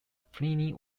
pliny